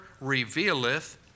revealeth